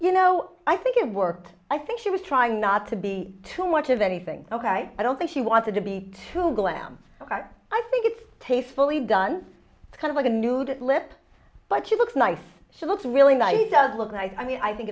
you know i think it worked i think she was trying not to be too much of anything ok i don't think she wanted to be too glam i think it's tastefully done kind of a nude lip but she looks nice she looks really nice does look nice i mean i think